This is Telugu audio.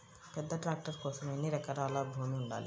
పెద్ద ట్రాక్టర్ కోసం ఎన్ని ఎకరాల భూమి ఉండాలి?